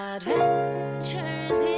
Adventures